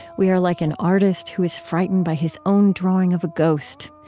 we are like an artist who is frightened by his own drawing of a ghost.